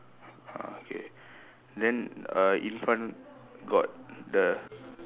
ah K then err in front got the